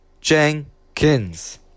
jenkins